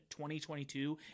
2022